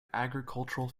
agricultural